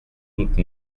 toute